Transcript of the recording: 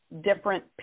different